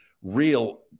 real